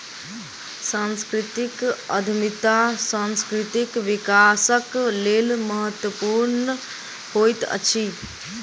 सांस्कृतिक उद्यमिता सांस्कृतिक विकासक लेल महत्वपूर्ण होइत अछि